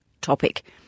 topic